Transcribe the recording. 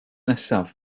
nesaf